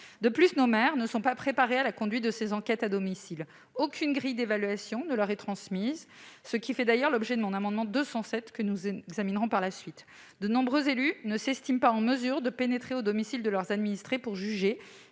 Les maires ne sont pas préparés à la conduite de ces enquêtes à domicile. Aucune grille d'évaluation ne leur est fournie. Tel sera d'ailleurs l'objet de l'amendement n° 207 rectifié. De nombreux élus ne s'estiment pas en mesure de pénétrer au domicile de leurs administrés pour juger